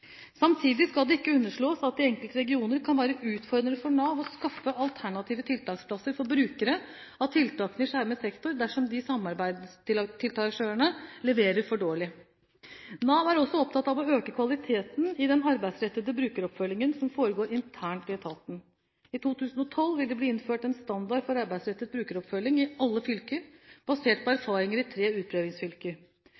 Samtidig skal det ikke underslås at det i enkelte regioner kan være utfordrende for Nav å skaffe alternative tiltaksplasser for brukere av tiltakene i skjermet sektor, dersom de samarbeidende tiltaksarrangørene leverer for dårlig. Nav er også opptatt av å øke kvaliteten i den arbeidsrettede brukeroppfølgingen som foregår internt i etaten. I 2012 vil det bli innført en standard for arbeidsrettet brukeroppfølging i alle fylker, basert på